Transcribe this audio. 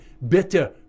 better